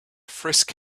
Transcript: frisk